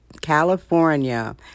California